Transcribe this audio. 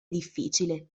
difficile